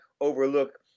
overlook